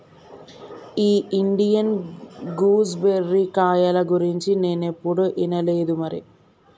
ఈ Indian gooseberry కాయల గురించి నేనేప్పుడు ఇనలేదు మరి